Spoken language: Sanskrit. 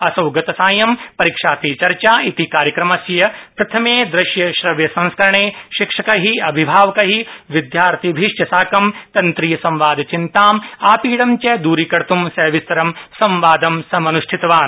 असौ गतसायं परीक्षा पे चर्चाइति कार्यक्रमस्य प्रथमे दृश्य श्रव्य संस्करणे शिक्षकै अभिभावकै विद्यार्थिभि साकं च तन्त्रीय संवादचिन्ताम् आपीडं च दूरी कर्त् सविस्तरं संवादम् अन्ष्ठितवान्